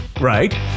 Right